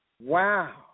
Wow